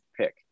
pick